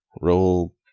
roll